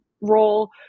role